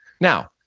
Now